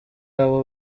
abo